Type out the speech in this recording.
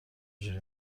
جوری